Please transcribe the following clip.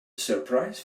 surprise